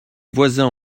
voisins